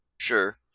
sure